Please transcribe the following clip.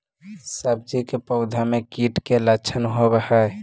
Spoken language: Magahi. सब्जी के पौधो मे कीट के लच्छन होबहय?